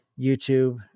YouTube